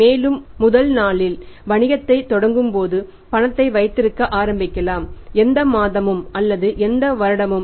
மேலும் முதல் நாளில் வணிகத்தைத் தொடங்கும்போது பணத்தை வைத்திருக்க ஆரம்பிக்கலாம் எந்த மாதமும் அல்லது எந்த வருடமும்